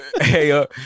hey